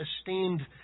esteemed